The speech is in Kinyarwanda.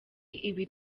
ibi